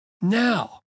Now